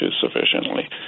sufficiently